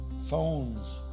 phones